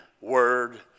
word